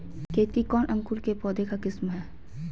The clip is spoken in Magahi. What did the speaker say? केतकी कौन अंकुर के पौधे का किस्म है?